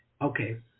Okay